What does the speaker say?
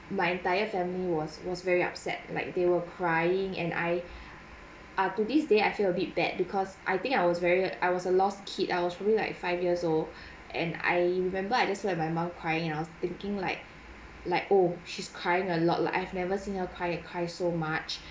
my entire family was was very upset like they were crying and I up to this day I feel a bit bad because I think I was very I was a lost kid I was only like five years old and I remember I just let my mum crying I was thinking like like oh she's crying a lot like I've never seen her cry cry so much